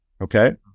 okay